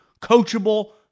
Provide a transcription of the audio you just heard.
Coachable